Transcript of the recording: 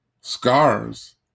scars